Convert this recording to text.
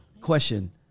Question